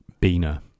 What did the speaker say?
Bina